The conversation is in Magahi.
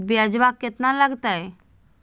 ब्यजवा केतना लगते?